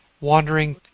wandering